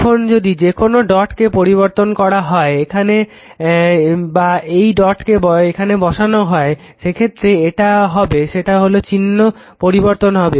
এখন যদি যেকোনো ডটকে পরিবর্তন করা হয় এখানে বা এই ডটকে এখানে বসানো হয় সেক্ষেত্রে যেটা হবে সেটা হলো চিহ্ন পরিবর্তন হবে